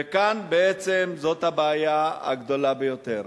וכאן בעצם זאת הבעיה הגדולה ביותר.